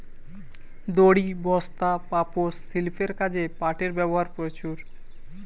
দড়ি, বস্তা, পাপোষ, শিল্পের কাজে পাটের ব্যবহার প্রচুর